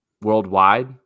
worldwide